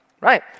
Right